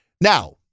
Now